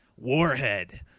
warhead